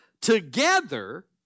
together